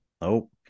Nope